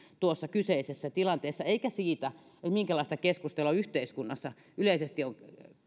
tuossa kyseisessä tilanteessa emmekä siitä minkälaista keskustelua yhteiskunnassa yleisesti on